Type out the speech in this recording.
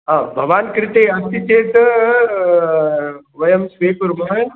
भवान् कृते अस्ति चेत् वयं स्वीकुर्मः